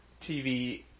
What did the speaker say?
TV